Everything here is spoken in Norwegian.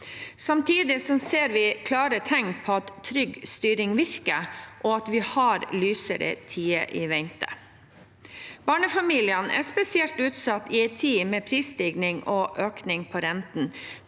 Samtidig ser vi klare tegn på at trygg styring virker, og at vi har lysere tider i vente. Barnefamiliene er spesielt utsatt i en tid med prisstigning og økning i renten.